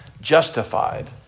justified